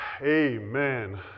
Amen